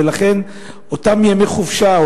ולכן אותם ימי חופשה,